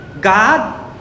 God